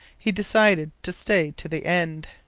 he decided to stay to the end.